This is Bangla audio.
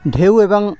ঢেউ এবং